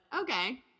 okay